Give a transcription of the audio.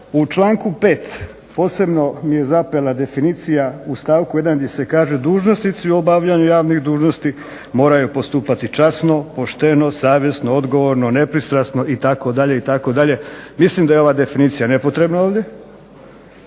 U članku 5. posebno mi je zapela definicija u stavku 1. gdje se kaže dužnosnici u obavljanju javnih dužnosti moraju postupati časno, pošteno, savjesno, odgovorno, nepristrano itd. itd. Mislim da je ova definicija nepotrebna ovdje.